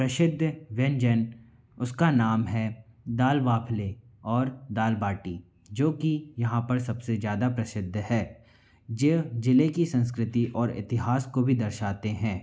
प्रसिद्ध व्यंजन उसका नाम है दाल बाफ़ले और दाल बाटी जो कि यहाँ पर सबसे ज़्यादा प्रसिद्ध है ज्य ज़िले की संस्कृति और इतिहास को भी दर्शाते हैं